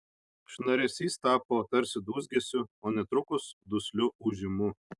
šnaresys tapo tarsi dūzgesiu o netrukus dusliu ūžimu